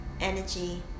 energy